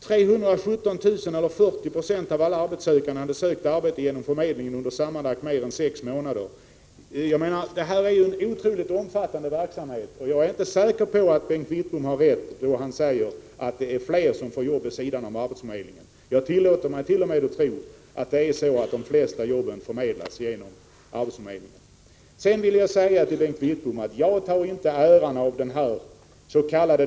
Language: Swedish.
317 000 eller 40 970 av alla arbetssökande hade sökt arbete genom förmedlingen under sammanlagt mer än sex månader. Det här är alltså en otroligt omfattande verksamhet. Jag är inte säker på att Bengt Wittbom har rätt då han säger att de flesta får jobb vid sidan om arbetsförmedlingen. Jag tillåter mig t.o.m. att tro att de flesta jobben förmedlas genom arbetsförmedlingen. Sedan vill jag säga till Bengt Wittbom att jag inte tar åt mig äran av dens.k.